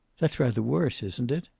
that's rather worse, isn't it?